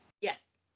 Yes